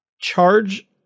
charge